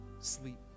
sleep